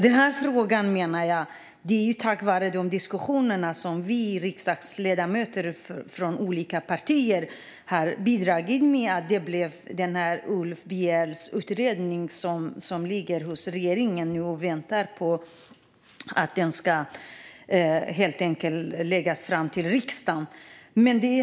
Det är diskussionerna mellan oss riksdagsledamöter som har bidragit till att Ulf Bjerelds utredning ligger hos regeringen och väntar på att läggas fram för riksdagen.